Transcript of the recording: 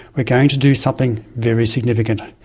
we're going to do something very significant.